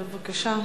בבקשה.